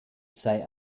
sei